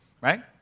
right